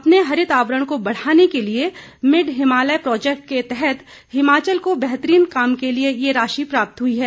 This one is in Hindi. अपने हरित आवरण को बढ़ाने के लिए मिड हिमालय प्रोजैक्ट के तहत हिमाचल को बेहतरीन काम के लिए ये राशि प्राप्त हुई है